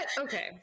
okay